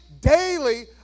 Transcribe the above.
daily